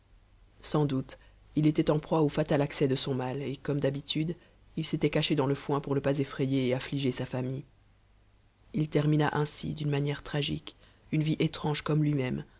sans doute il était en proie au fatal accès de son mal et comme d'habitude il s'était caché dans le foin pour ne pas effrayer et affliger sa famille il termina ainsi d'une manière tragique une vie étrange comme lui-même